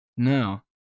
no